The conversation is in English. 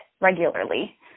regularly